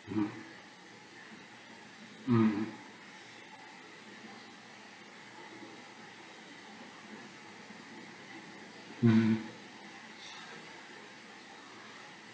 mmhmm mm mm